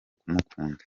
kumukunda